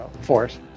Force